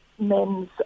men's